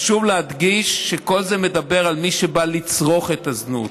חשוב להדגיש שכל זה מדבר על מי שבא לצרוך את הזנות,